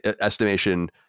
estimation